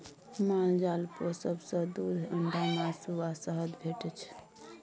माल जाल पोसब सँ दुध, अंडा, मासु आ शहद भेटै छै